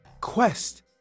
quest